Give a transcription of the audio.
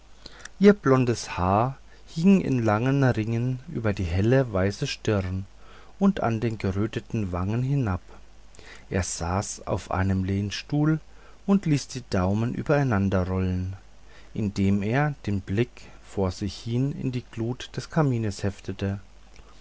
ihr blondes haar hing in langen ringen über die helle weiße stirn und an den geröteten wangen hinab er saß auf einem lehnstuhl und ließ die daumen übereinanderrollen indem er den blick vor sich hin in die glut des kamins heftete